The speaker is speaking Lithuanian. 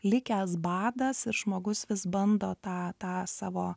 likęs badas ir žmogus vis bando tą tą savo